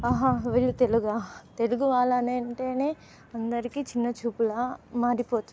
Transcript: హాహా వీళ్ళ తెలుగా తెలుగు వాళ్ళమంటేనే అందరికీ చిన్న చూపుల మారిపోతుంది